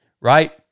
right